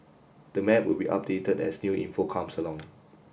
the map will be updated as new info comes along